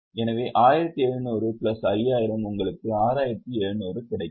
எனவே 1700 பிளஸ் 5000 உங்களுக்கு 6700 கிடைக்கும்